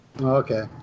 Okay